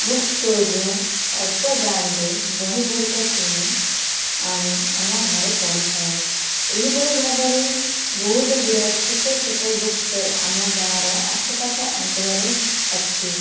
book ଷ୍ଟୋରରୁ ଅଳ୍ପ ଦାମରେ ବହି ଗୁଡ଼ିକ କିଣି ଆଣି ଆମ ଘରେ ପଢ଼ିଥାଏ ଏହିଭଳି ଭାବରେ ବହୁତ ଗୁଡ଼ାଏ ଛୋଟ ଛୋଟ ବୁକ୍ ଷ୍ଟୋର ଆମ ଗାଁର ଆଖ ପାଖ ଅଞ୍ଚଳରେ ଅଛି